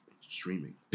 streaming